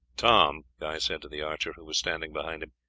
tom, guy said to the archer, who was standing behind him.